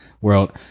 world